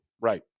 Right